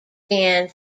band